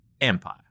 empire